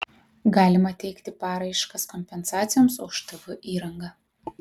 galima teikti paraiškas kompensacijoms už tv įrangą